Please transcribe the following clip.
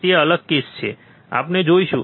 તે અલગ કેસ છે આપણે જોઈશું